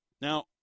Now